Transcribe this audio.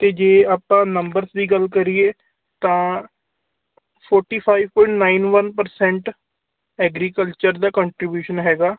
ਅਤੇ ਜੇ ਆਪਾਂ ਨੰਬਰਸ ਦੀ ਗੱਲ ਕਰੀਏ ਤਾਂ forty five point nine one percent agriculture ਦਾ ਕੰਟਰੀਬਿਊਸ਼ਨ ਹੈਗਾ